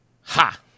Ha